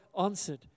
answered